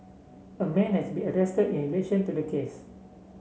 a man has been arrested in relation to the case